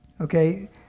Okay